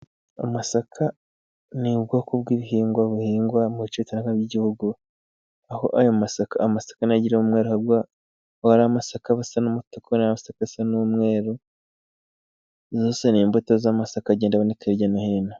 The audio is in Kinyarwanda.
Amasaka ni ubwoko bw'ibihingwa bihingwa mu bice bitandukanye by'igihugu, aho ayo masaka amasaka agira umwe ahubwo amasaka aba asa n'umutuku amasaka asa n'umweru zose ni imbuto z'amasaka agenda aboneka hirya no hino.